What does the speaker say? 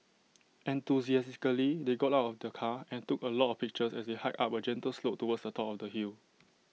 enthusiastically they got out of the car and took A lot of pictures as they hiked up A gentle slope towards the top of the hill